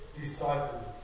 disciples